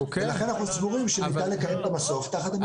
ולכן אנחנו סבורים שניתן לקיים את המסוף תחת המגבלות.